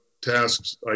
tasks